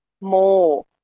more